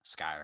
Skyrim